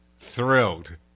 Thrilled